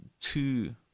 two